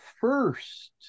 first